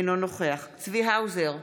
אינו נוכח צבי האוזר,